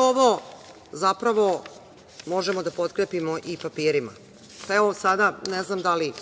ovo zapravo možemo da potkrepimo i papirima. Ne znam da li